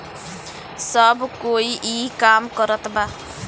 सब कोई ई काम करत बा